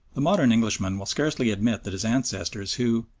the modern englishman will scarcely admit that his ancestors who,